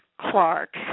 Clark